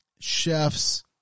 chefs